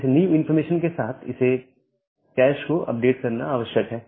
इस new information के साथ इसे कैश को अपडेट करना आवश्यक है